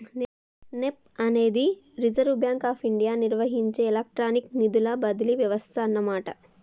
NEFT అనేది reserve bank of India నిర్వహించే electronic నిధుల బదిలీ వ్యవస్థ అన్నమాట